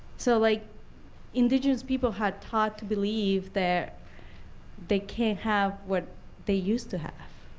so like indigenous people have taught to believe that they can't have what they used to have.